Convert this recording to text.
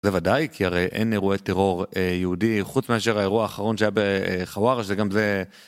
זה ודאי, כי הרי אין אירועי טרור יהודי, חוץ מאשר האירוע האחרון שהיה בחווארה, שגם זה...